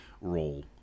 role